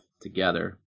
together